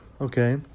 okay